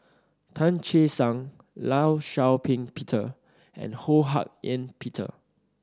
Tan Che Sang Law Shau Ping Peter and Ho Hak Ean Peter